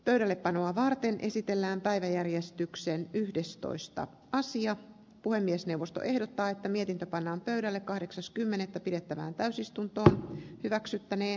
pöydällepanoa varten esitellään päiväjärjestyksen yhdestoista kansio puhemiesneuvosto ehdottaa että mietintö pannaan pöydälle kahdeksas kymmenettä pidettävään täysistuntoa hyväksyttänee